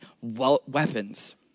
weapons